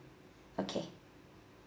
okay